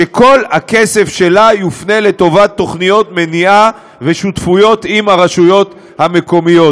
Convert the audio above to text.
שכל הכסף שלה יופנה לטובת תוכניות מניעה ושותפויות עם הרשויות המקומיות.